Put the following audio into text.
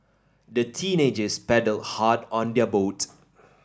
the teenagers paddled hard on their boat